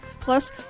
Plus